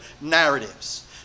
narratives